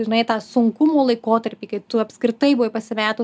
žinai tą sunkumų laikotarpį kai tu apskritai buvai pasimetus